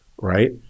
right